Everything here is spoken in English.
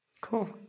Cool